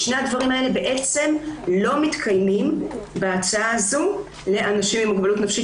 שני הדברים האלה לא מתקיימים בהצעה הזו לאנשים עם מוגבלות נפשית